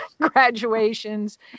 graduations